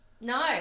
No